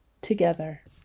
together